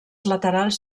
laterals